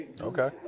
Okay